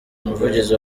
umuvugizi